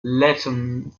latin